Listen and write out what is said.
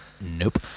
Nope